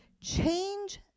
change